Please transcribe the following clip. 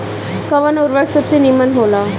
कवन उर्वरक सबसे नीमन होला?